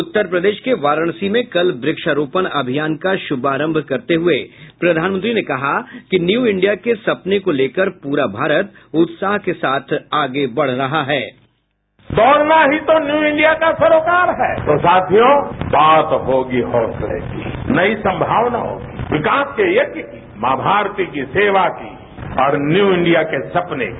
उत्तरप्रदेश के वाराणसी में कल व्रक्षारोपण अभियान का शुभारंभ करते हुये प्रधानमंत्री ने कहा कि न्यू इंडिया के सपने को लेकर पूरा भारत उत्साह के साथ आगे बढ़ रहा है बाईट प्रधानमंत्री दौड़ना ही तो न्यूं इंडिया का सरोकार है तो साथियों बात होगी हौसले की नई संमावनाओं की विकास के यज्ञ की मां भारती की संवा की और न्यू इंडिया के सपने की